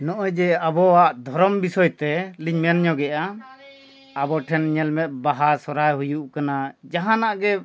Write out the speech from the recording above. ᱱᱚᱜᱼᱚᱭ ᱡᱮ ᱟᱵᱚᱣᱟᱜ ᱫᱷᱚᱨᱚᱢ ᱵᱤᱥᱚᱭ ᱛᱮᱞᱤᱧ ᱢᱮᱱ ᱧᱚᱜᱮᱜᱼᱟ ᱟᱵᱚ ᱴᱷᱮᱱ ᱧᱮᱞ ᱢᱮ ᱵᱟᱦᱟ ᱥᱚᱦᱚᱨᱟᱭ ᱦᱩᱭᱩᱜ ᱠᱟᱱᱟ ᱡᱟᱦᱟᱱᱟᱜ ᱜᱮ